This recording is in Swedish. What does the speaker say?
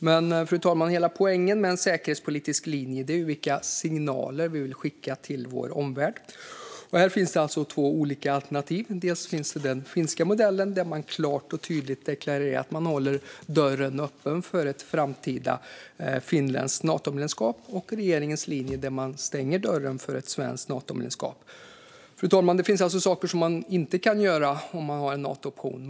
Men, fru talman, hela poängen med en säkerhetspolitisk linje är vilka signaler vi vill skicka till vår omvärld. Här finns alltså två olika alternativ. Dels finns den finländska modellen, där man klart och tydligt deklarerar att man håller dörren öppen för ett framtida finländskt Natomedlemskap, dels finns regeringens linje där dörren till ett svenskt Natomedlemskap stängs. Fru talman! Det finns saker som man inte kan göra om man har en Nato-option.